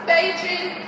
Beijing